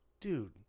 dude